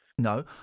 No